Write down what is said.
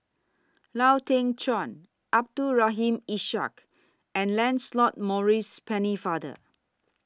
Lau Teng Chuan Abdul Rahim Ishak and Lancelot Maurice Pennefather